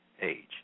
age